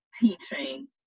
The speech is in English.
teaching